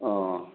অঁ